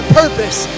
purpose